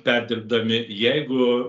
perdirbdami jeigu